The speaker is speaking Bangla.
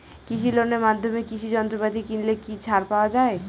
কৃষি লোনের মাধ্যমে কৃষি যন্ত্রপাতি কিনলে কি ছাড় পাওয়া যায়?